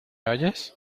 oyes